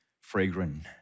fragrant